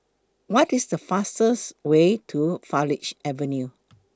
What IS The fastest Way to Farleigh Avenue